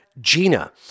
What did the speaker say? Gina